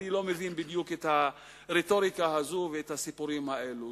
אני לא מבין בדיוק את הרטוריקה הזו ואת הסיפורים האלו.